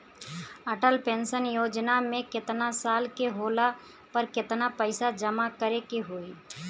Atal pension Yojana मे केतना साल के होला पर केतना पईसा जमा करे के होई?